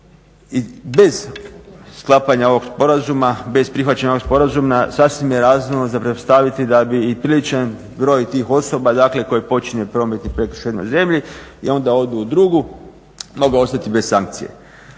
I bez sklapanja ovog sporazuma, bez prihvaćanja ovog sporazuma sasvim je razumno za pretpostaviti da bi i priličan broj tih osoba dakle koje počine prometni prekršaj na zemlji i onda odu u drugu mogu ostati bez sankcije.